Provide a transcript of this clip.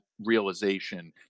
realization